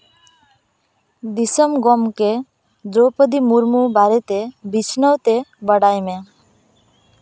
ᱫᱤᱥᱚᱢ ᱜᱚᱢᱠᱮ ᱫᱨᱚᱣᱯᱚᱫᱤ ᱢᱩᱨᱢᱩ ᱵᱟᱨᱮᱛᱮ ᱵᱤᱪᱷᱱᱟᱹᱣ ᱛᱮ ᱵᱟᱲᱟᱭ ᱢᱮ